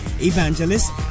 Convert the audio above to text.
evangelist